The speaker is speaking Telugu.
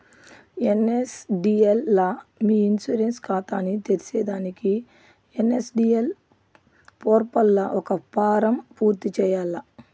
ఎన్.ఎస్.డి.ఎల్ లా మీ ఇన్సూరెన్స్ కాతాని తెర్సేదానికి ఎన్.ఎస్.డి.ఎల్ పోర్పల్ల ఒక ఫారం పూర్తి చేయాల్ల